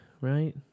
right